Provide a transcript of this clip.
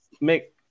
make